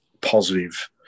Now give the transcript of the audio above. positive